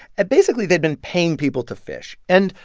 and basically, they'd been paying people to fish. and,